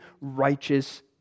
righteous